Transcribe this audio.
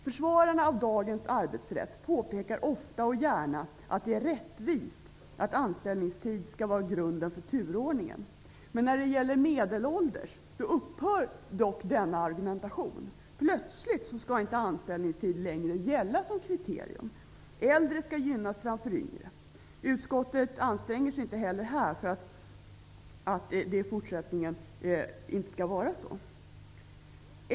Försvararna av dagens arbetsrätt påpekar ofta och gärna att det är rättvist att anställningstid skall utgöra grunden för turordningen. När det gäller de medelålders upphör dock det argumentet att gälla. Plötsligt skall inte anställningstid längre gälla som kriterium. Äldre skall gynnas framför yngre. Utskottet anstränger sig inte heller på denna punkt för att det i fortsättningen inte skall vara så.